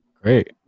great